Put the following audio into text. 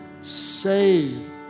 save